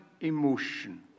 emotion